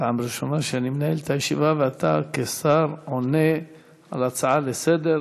פעם ראשונה שאני מנהל את הישיבה ואתה כשר עונה על הצעה לסדר-היום.